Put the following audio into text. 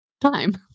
time